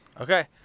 okay